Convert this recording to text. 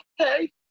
okay